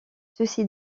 ceci